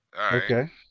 Okay